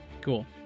Cool